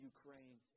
Ukraine